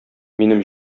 минем